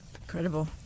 Incredible